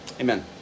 Amen